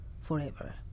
forever